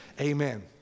Amen